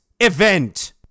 event